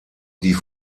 die